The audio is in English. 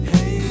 Hey